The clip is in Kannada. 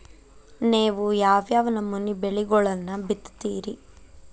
ನೇವು ಯಾವ್ ಯಾವ್ ನಮೂನಿ ಬೆಳಿಗೊಳನ್ನ ಬಿತ್ತತಿರಿ?